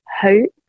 hope